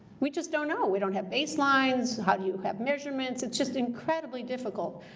we just don't know. we don't have baselines. how do you have measurements? it's just incredibly difficult,